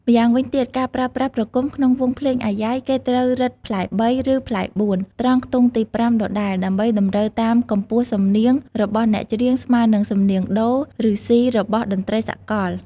ម្យ៉ាងវិញទៀតការប្រើប្រាស់ប្រគំក្នុងវង់ភ្លេងអាយ៉ៃ គេត្រូវរឹតផ្លែ៣ ឬផ្លែ៤ ត្រង់ខ្ទង់ទី៥ដដែល ដើម្បីតម្រូវតាមកំពស់សំនៀងរបស់អ្នកច្រៀងស្មើនឹងសំនៀងដូ ឬស៊ី របស់តន្ដ្រីសាកល។